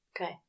Okay